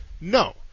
no